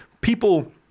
People